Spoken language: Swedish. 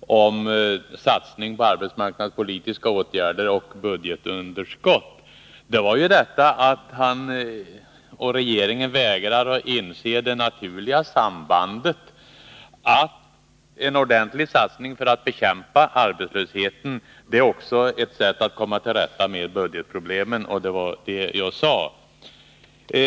om en satsning på arbetsmarknadspolitiska åtgärder och budgetunderskott var att han och regeringen vägrar att inse det naturliga sambandet, att en ordentlig satsning på att bekämpa arbetslösheten också är ett sätt att komma till rätta med budgetproblemen — det var det jag sade.